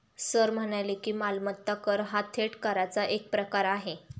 sir म्हणाले की, मालमत्ता कर हा थेट कराचा एक प्रकार आहे